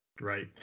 Right